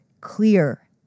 clear